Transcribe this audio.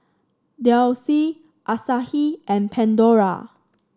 Delsey Asahi and Pandora